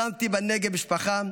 הקמתי בנגב משפחה,